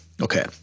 Okay